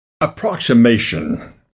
approximation